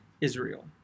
Israel